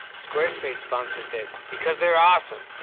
squarespace sponsored this, because they're awesome!